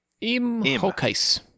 Im-Hokais